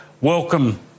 welcome